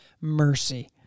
mercy